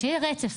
שיהיה רצף.